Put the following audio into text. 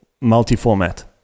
multi-format